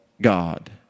God